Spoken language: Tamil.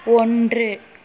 ஒன்று